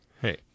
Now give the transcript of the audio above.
Hey